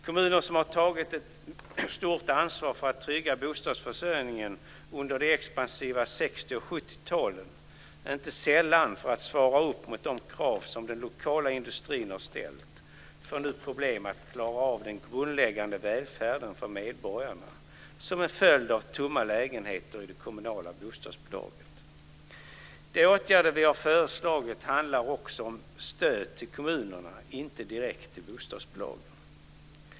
Kommuner som har tagit ett stort ansvar för att trygga bostadsförsörjningen under de expansiva sextio och sjuttiotalen, inte sällan för att svara upp mot de krav som den lokala industrin har ställt, får nu problem att klara av den grundläggande välfärden för medborgarna som en följd av tomma lägenheter i det kommunala bostadsbolaget. De åtgärder vi har föreslagit handlar också om stöd till kommunerna, inte direkt till bostadsbolagen.